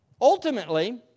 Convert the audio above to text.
Ultimately